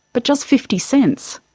but just fifty cents?